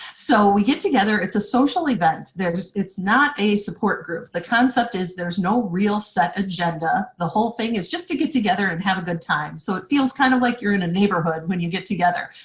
so we get together, it's a social event. it's not a support group, the concept is there's no real set agenda, the whole thing is just to get together and have a good time so it feels kind of like you're in a neighborhood when you get together.